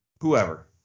whoever